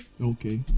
Okay